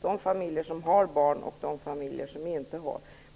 de familjer som har barn och de som inte har barn.